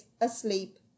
asleep